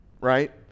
Right